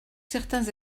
certains